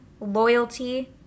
loyalty